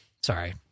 sorry